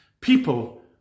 people